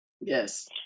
Yes